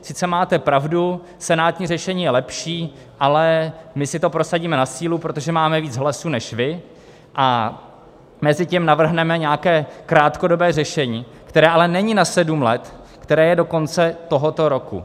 Sice máte pravdu, senátní řešení je lepší, ale my si to prosadíme na sílu, protože máme víc hlasů než vy, a mezitím navrhneme nějaké krátkodobé řešení, které ale není na sedm let, které je do konce tohoto roku.